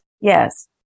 Yes